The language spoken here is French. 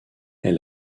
est